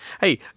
Hey